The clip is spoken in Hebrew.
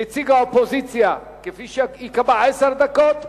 נציג האופוזיציה, כפי שייקבע, עשר דקות,